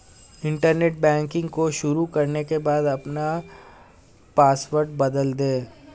internet banking को शुरू करने के बाद अपना पॉसवर्ड बदल दे